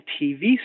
TV